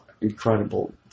incredible